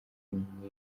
impamvu